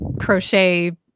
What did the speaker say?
crochet